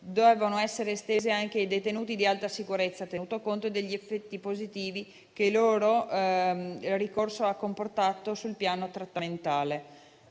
dovevano essere estese anche ai detenuti di alta sicurezza, tenuto conto degli effetti positivi che il loro ricorso ha comportato sul piano trattamentale.